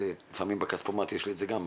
לפעמים בכספומט יש את זה גם,